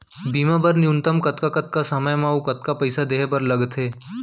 बीमा बर न्यूनतम कतका कतका समय मा अऊ कतका पइसा देहे बर लगथे